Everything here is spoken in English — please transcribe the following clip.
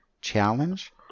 challenge